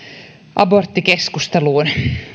aborttikeskusteluun